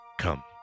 come